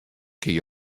kinne